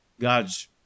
God's